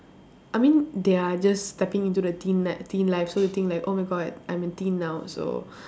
I mean they are just stepping into the teen n~ teen life so they think like oh my god I'm a teen now so